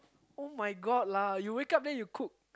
[oh]-my-god lah you wake up then you cook